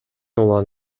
улан